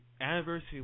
Anniversary